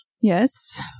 Yes